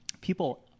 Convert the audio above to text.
people